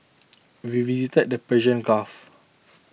we visited the Persian Gulf